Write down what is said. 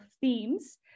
themes